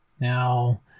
Now